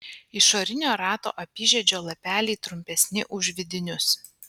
išorinio rato apyžiedžio lapeliai trumpesni už vidinius